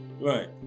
Right